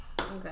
Okay